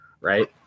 right